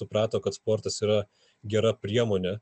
suprato kad sportas yra gera priemonė